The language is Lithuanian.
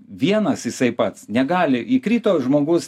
vienas jisai pats negali įkrito žmogus